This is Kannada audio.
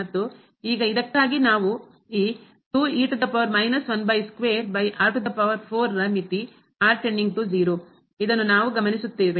ಮತ್ತು ಈಗ ಇದಕ್ಕಾಗಿ ನಾವು ಈ ರ ಮಿತಿ ಇದನ್ನು ನಾವು ಗಮನಿಸುತ್ತೇವೆ